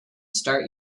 start